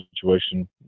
situation